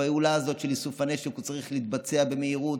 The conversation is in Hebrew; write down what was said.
הפעולה הזאת של איסוף הנשק צריכה להתבצע במהירות,